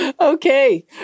Okay